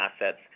assets